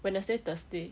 wednesday thursday